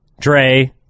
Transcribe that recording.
Dre